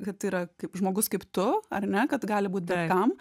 kad yra kaip žmogus kaip tu ar ne kad gali būt bet tam